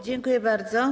Dziękuję bardzo.